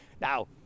Now